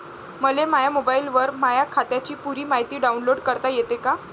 मले माह्या मोबाईलवर माह्या खात्याची पुरी मायती डाऊनलोड करता येते का?